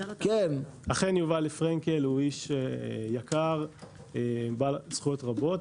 אכן יובל פרנקל הוא איש יקר בעל זכויות רבות.